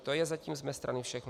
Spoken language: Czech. To je zatím z mé strany všechno.